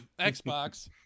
Xbox